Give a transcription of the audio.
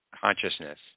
consciousness